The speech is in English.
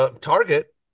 Target